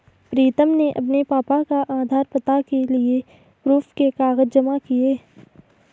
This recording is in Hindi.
प्रीतम ने अपने पापा का आधार, पता के लिए प्रूफ के कागज जमा किए